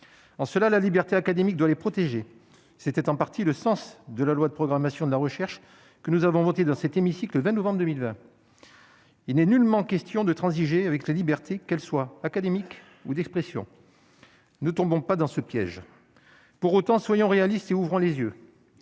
en cela la liberté académique de les protéger, c'était en partie le sens de la loi de programmation de la recherche que nous avons voté dans cet hémicycle le 20 novembre 2020, il n'est nullement question de transiger avec la liberté qu'elle soit académique ou d'expression ne tombons pas dans ce piège, pour autant, soyons réalistes et ouvrons les yeux,